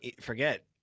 forget